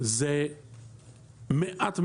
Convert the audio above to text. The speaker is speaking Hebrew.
זה מעט מאוד.